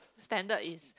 standard is